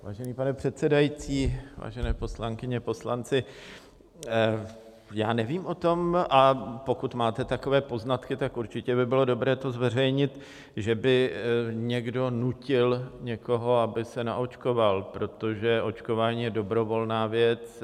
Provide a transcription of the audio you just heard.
Vážený pane předsedající, vážené poslankyně, poslanci, já nevím o tom a pokud máte takové poznatky, tak určitě by bylo dobré to zveřejnit že by někdo nutil někoho, aby se naočkoval, protože očkování je dobrovolná věc.